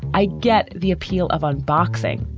i get the appeal of unboxing.